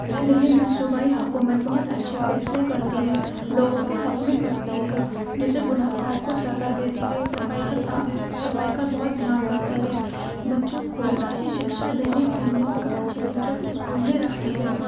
دلّی میں صوبائی حکومت بہت اچھے فیصلے کرتی ہے لوگوں کے حق میں کرتی ہے جیسے گنہگار کو سزا دیتی ہے صفائی کا صاف صفائی کا بہت دھیان رکھتی ہے بچوں کو اچھی شکشا دینے کے لئے بہت اچھے ٹیچر اسکول میں رکھتی ہے